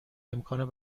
امکان